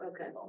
Okay